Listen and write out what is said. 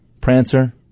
prancer